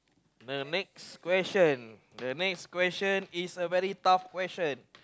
the next question the next question is a very tough question